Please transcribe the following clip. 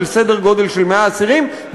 סדר גודל של 100 אסירים,